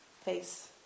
face